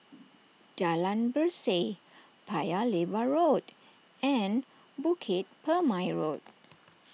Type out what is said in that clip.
Jalan Berseh Paya Lebar Road and Bukit Purmei Road